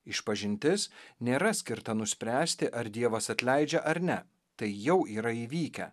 išpažintis nėra skirta nuspręsti ar dievas atleidžia ar ne tai jau yra įvykę